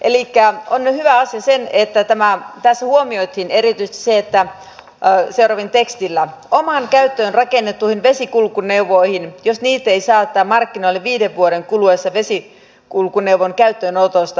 elikkä on hyvä asia se että tässä huomioitiin seuraavalla tekstillä erityisesti että omaan käyttöön rakennettuihin vesikulkuneuvoihin jos niitä ei saateta markkinoille viiden vuoden kuluessa vesikulkuneuvon käyttöönotosta